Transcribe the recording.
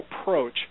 approach